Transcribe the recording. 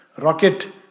rocket